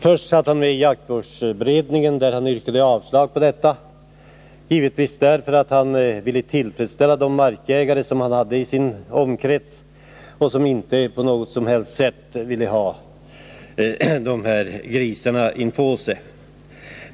Först satt han med i jaktvårdsberedningen, där han yrkade avslag på vildsvinsförslaget, givetvis därför att han ville tillfredsställa de markägare i hans omgivning som inte på något som helst sätt ville ha de här grisarna inpå sig.